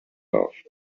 love